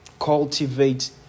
cultivate